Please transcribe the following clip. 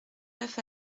neuf